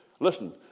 Listen